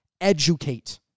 educate